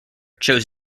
chose